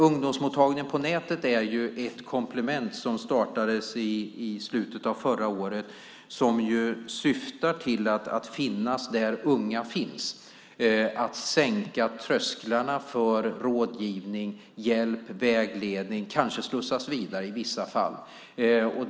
Ungdomsmottagningen på nätet är ett komplement som startades i slutet av förra året som syftar till att finnas där unga finns. Syftet är också att sänka trösklarna för rådgivning, hjälp och vägledning. I vissa fall handlar det kanske om att slussas vidare.